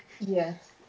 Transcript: Yes